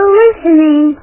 listening